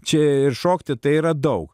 čia ir šokti tai yra daug